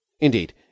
Indeed